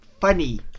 funny